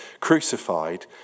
crucified